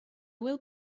will